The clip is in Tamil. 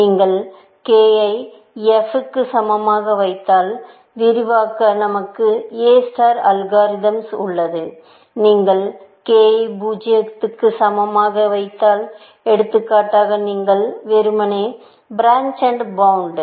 நீங்கள் k ஐ 1 க்கு சமமாக வைத்தால் விவரிக்க நமக்கு எ ஸ்டார் அல்காரிதம்ஸ் உள்ளது நீங்கள் k ஐ 0 க்கு சமமாக வைத்தால் எடுத்துக்காட்டாக நீங்கள் வெறுமனே பிரான்ச் அண்டு பாண்டு